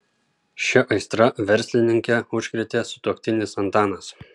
šia aistra verslininkę užkrėtė sutuoktinis antanas